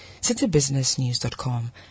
citybusinessnews.com